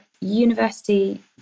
university